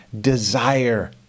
desire